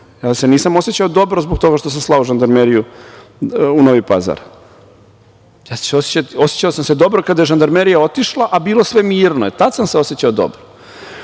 Ja se nisam osećao dobro zbog toga što sam slao žandarmeriju u Novi Pazar. Osećao sam se dobro kada je žandarmerija otišla a bilo je sve mirno, e tad sam se osećao